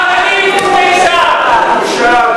יותר חרדים הצביעו לאישה.